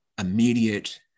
immediate